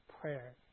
prayer